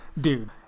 dude